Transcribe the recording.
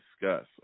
discuss